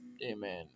Amen